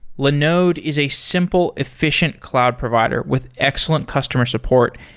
linode is a simple, efficient cloud provider with excellent customer support,